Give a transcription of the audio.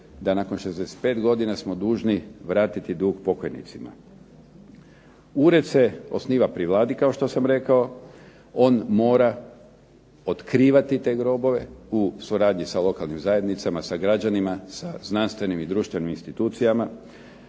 da nakon 65 godina smo dužni vratiti dug pokojnicima. Ured se osniva pri Vladi kao što sam rekao, on mora otkrivati te grobove u suradnji sa lokalnim zajednicama, sa građanima, sa znanstvenim i društvenim institucijama.